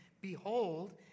Behold